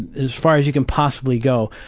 as far as you can possibly go.